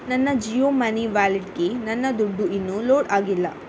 ನನ್ನ ಜಿಯೋ ಮನಿ ವ್ಯಾಲೆಟ್ಗೆ ನನ್ನ ದುಡ್ಡು ಇನ್ನು ಲೋಡ್ ಆಗಿಲ್ಲ